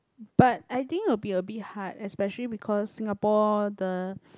but I think will be a bit hard especially because Singapore the